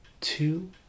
two